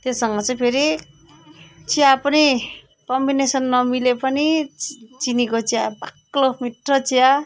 त्योसँग चाहिँ फेरि चिया पनि कम्बिनेसन नमिले पनि चिनीको चिया बाक्लो मिठो चिया